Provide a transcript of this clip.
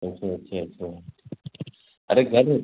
अच्छा अच्छा अच्छा अरे घर